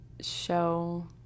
show